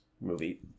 movie